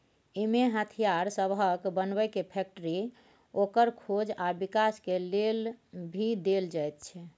इमे हथियार सबहक बनेबे के फैक्टरी, ओकर खोज आ विकास के लेल भी देल जाइत छै